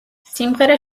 სიმღერა